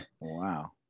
Wow